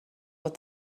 what